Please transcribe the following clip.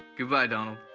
goodbye, donald.